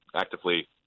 actively